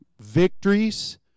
victories